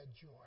joy